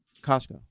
Costco